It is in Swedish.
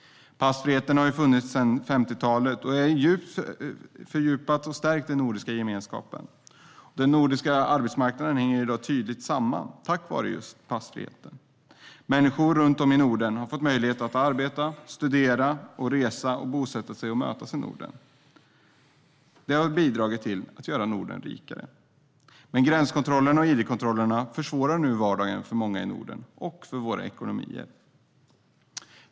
Passfriheten, som funnits sedan 1950-talet, har fördjupat och stärkt den nordiska gemenskapen. Den nordiska arbetsmarknaden hänger i dag tydligt samman tack vare just passfriheten. Människor runt om i Norden har fått större möjligheter att studera, arbeta, resa, bosätta sig och mötas inom Norden. Det har bidragit till att göra Norden rikare. Men gränskontrollerna och id-kontrollerna försvårar nu vardagen för många i Norden, men också för våra ekonomier.